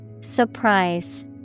Surprise